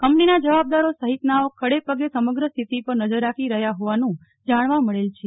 કંપનીના જવાબદારો સહિતનાઓ ખડે પગે સમગ્ર સ્થિતિ પર નજર રાખી રહ્યા હોવાનું જાણવા મળેલ છે